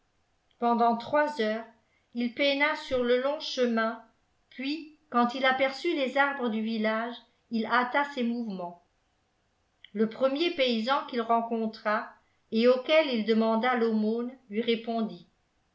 pendant trois heures il peina sur le long chemin puis quand il aperçut les arbres du village il hâta ses mouvements le premier paysan qu'il rencontra et auquel il demanda l'aumône lui répondit